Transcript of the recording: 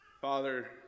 Father